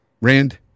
rand